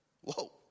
Whoa